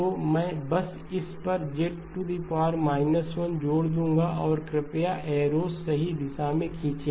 तो मैं बस इस पर Z 1 जोड़ दूंगा और कृपया एरोस सही दिशा में खींचें